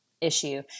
issue